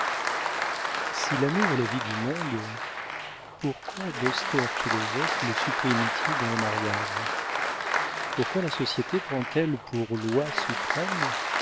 si l'amour est la vie du monde pourquoi d'austères philosophes le suppriment ils dans le mariage pourquoi la société prend elle pour loi suprême